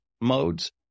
modes